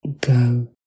go